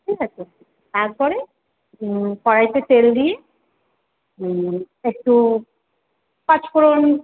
ঠিক আছে তারপরে কড়াইতে তেল দিয়ে একটু পাঁচ ফোড়ন